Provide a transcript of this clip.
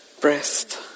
breast